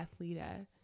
Athleta